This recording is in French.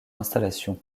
installation